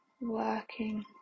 working